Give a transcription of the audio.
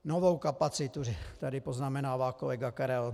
Novou kapacitu tady poznamenává kolega Karel .